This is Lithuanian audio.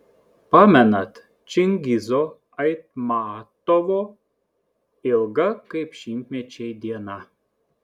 pamenat čingizo aitmatovo ilga kaip šimtmečiai diena